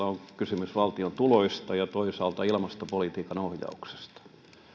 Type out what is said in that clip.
on kysymys valtion tuloista ja toisaalta ilmastopolitiikan ohjauksesta